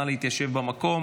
נא להתיישב במקום.